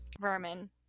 Vermin